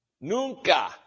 Nunca